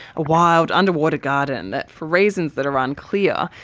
a wild underwater garden that, for reasons that are unclear,